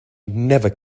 never